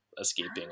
escaping